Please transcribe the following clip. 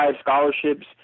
scholarships